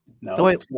No